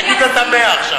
תגיד אתה 100% עכשיו.